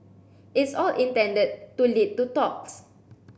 it's all intended to lead to talks